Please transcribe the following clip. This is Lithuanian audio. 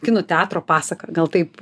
kino teatro pasaka gal taip